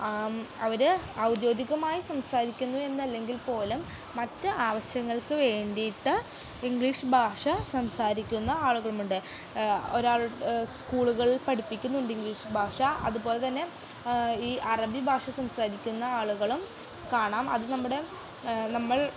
അവർ ഔദ്യോഗികമായി സംസാരിക്കുന്നു എന്നല്ലെങ്കിൽപ്പോലും മറ്റ് ആവശ്യങ്ങൾക്ക് വേണ്ടിയിട്ട് ഇംഗ്ലീഷ് ഭാഷ സംസാരിക്കുന്ന ആളുകളുമുണ്ട് ഒരാൾ സ്കൂളുകളിൽ പഠിപ്പിക്കുന്നുണ്ട് ഇംഗ്ലീഷ് ഭാഷ അതുപോലെ ഈ അറബി ഭാഷകൾ സംസാരിക്കുന്ന ആളുകളും കാണാം അതു നമ്മുടെ നമ്മൾ